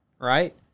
right